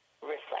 reflect